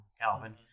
calvin